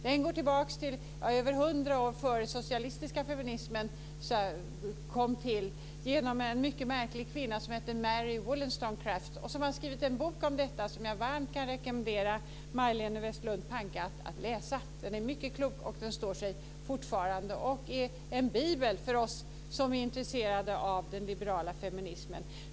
Den går tillbaks till över 100 år innan den socialistiska feminismen kom till genom en mycket märklig kvinna som hette Mary Wollstonecraft och som har skrivit en bok om detta som jag varmt kan rekommendera Majléne Westerlund Panke att läsa. Den är mycket klok och står sig fortfarande. Det är en bibel för oss som är intresserade av den liberala feminismen.